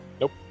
Nope